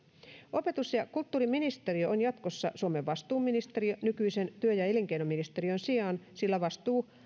opetus ja kulttuuriministeriö on jatkossa suomen vastuuministeriö nykyisen työ ja ja elinkeinoministeriön sijaan sillä vastuu